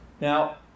Now